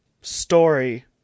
story